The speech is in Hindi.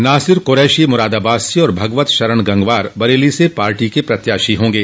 नासिर कुरैशी मुरादाबाद से और भगवत शरण गंगवार बरेली से पार्टी के प्रत्याशी होंगे